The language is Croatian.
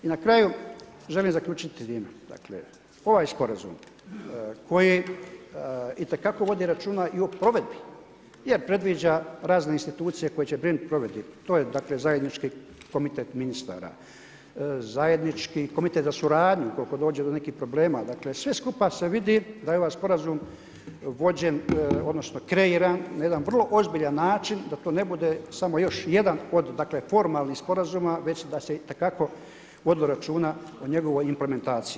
I na kraju, želim zaključiti … dakle, ovaj sporazum koji itekako vodi računa i o provedbi, jer predviđa razne institucije koje će brinuti o provedbi, to je dakle, zajednički komitet ministara, zajednički komitet za suradnju, ukoliko dođe do nekih probama, dakle, sve skupa se vidi da je ovaj sporazum vođen, odnosno, kreiran na jedan vrlo ozbiljan način, da to ne bude samo još jedan, dakle formalnih sporazuma, već da se itekako vodi računa o njegovoj implementaciji.